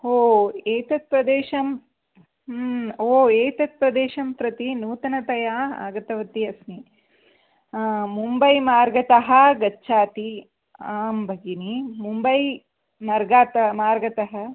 हो एतत् प्रदेशं एतत्प्रदेशं प्रति नूतनतया आगतवती अस्मि मुम्बैमार्गतः गच्छति आं भगिनी मुम्बै मार्गतः मार्गतः